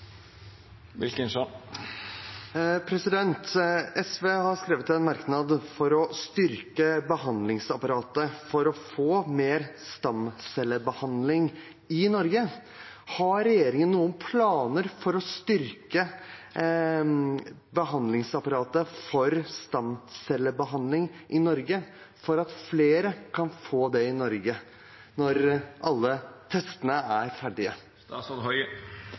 å styrke behandlingsapparatet for å få mer stamcellebehandling i Norge. Har regjeringen noen planer for å styrke behandlingsapparatet for stamcellebehandling i Norge for at flere kan få det i Norge når alle testene er ferdige? Statsråd